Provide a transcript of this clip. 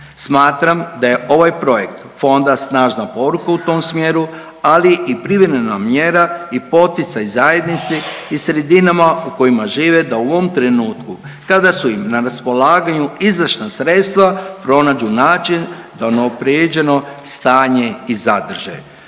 Smatram da je ovaj projekt fonda snažna poruka u tom smjeru, ali i privremena mjera i poticaj zajednici i sredinama u kojima žive, da u ovom trenutku kada su im na raspolaganju izdašna sredstva pronađu način da unaprijeđeno stanje i zadrže.